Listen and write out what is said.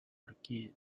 again